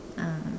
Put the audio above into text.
ah